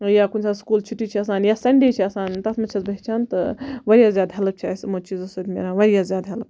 یا کُنہِ ساتہٕ سُکول چھُٹی چھِ آسان یا سَنڈے چھِ آسان تتھ مَنٛز چھَس بہٕ ہیٚچھان تہٕ واریاہ زیاد ہیٚلپ چھِ اَسہِ یِمو چیٖزو سۭتۍ مِلان واریاہ زیادٕ ہیٚلپ